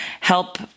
help